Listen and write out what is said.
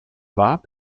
war